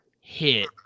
hit